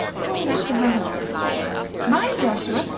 called after her husband mind, joshua,